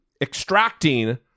extracting